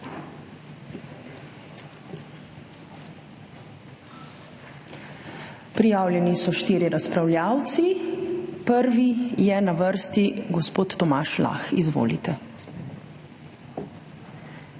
Prijavljeni so 4 razpravljavci. Prvi je na vrsti gospod Tomaž Lah. Izvolite.